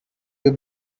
you